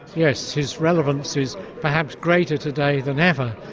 yes, his relevance is perhaps greater today than ever,